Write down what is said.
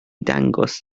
dangos